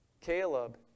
Caleb